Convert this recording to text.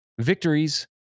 victories